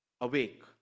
Awake